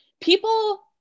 people